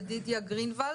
ידידיה גרינוולד?